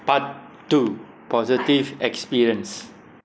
part two positive experience